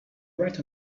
right